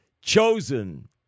chosen